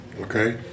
okay